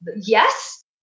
yes